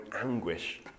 anguish